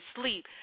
sleep